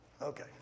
Okay